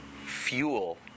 fuel